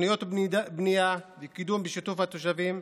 תוכניות בנייה בקידום ובשיתוף התושבים,